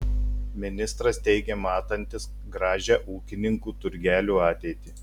ministras teigė matantis gražią ūkininkų turgelių ateitį